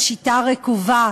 השיטה רקובה,